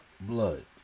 blood